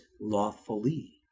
lawfully